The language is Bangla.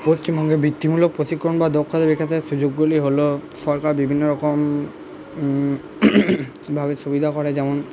পশ্চিমবঙ্গের বৃত্তিমূলক প্রশিক্ষণ বা দক্ষতা বিকাশের সুযোগগুলি হলো সরকার বিভিন্নরকম ভাবে সুবিধা করে যেমন